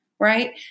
Right